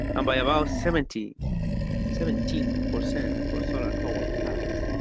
and by about seventeen seventeen percent for solar polar plants.